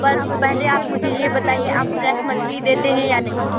पर पहले आप मुझे यह बताए आप फ्रेश मछली देते हैं या नहीं